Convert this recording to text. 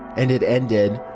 and it ended.